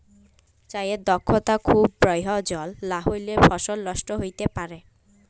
চাষে দক্ষতা খুব পরয়োজল লাহলে ফসল লষ্ট হ্যইতে পারে